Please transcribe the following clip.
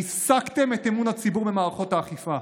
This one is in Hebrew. ריסקתם את אמון הציבור במערכות האכיפה.